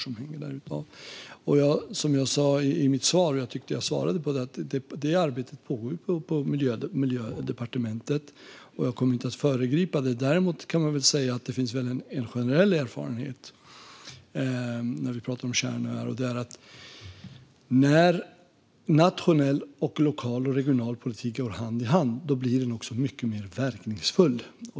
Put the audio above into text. Som jag sa i mitt svar, där jag tyckte att jag svarade på detta, pågår detta arbete i Miljödepartementet. Jag kommer inte att föregripa detta arbete. Däremot kan man säga att det finns en generell erfarenhet när vi pratar om kärnöar, nämligen att när nationell, lokal och regional politik går hand i hand blir politiken mycket mer verkningsfull.